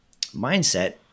mindset